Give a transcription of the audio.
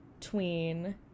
tween